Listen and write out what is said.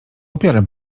upiorem